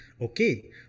Okay